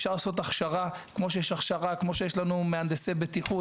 אפשר לעשות הכשרה, כמו שיש לנו מהנדסי בטיחות.